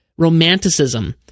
romanticism